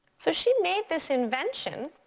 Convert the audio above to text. so she made this invention.